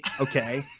Okay